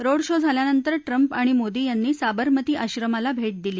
road show झाल्यानंतर Trump आणि मोदी यांनी साबरमती आश्रमाला भेट दिली